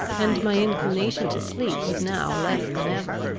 and my inclination to sleep was now less than ever.